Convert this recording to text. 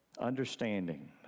understanding